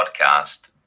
podcast